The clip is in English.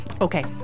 Okay